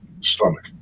stomach